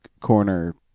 corner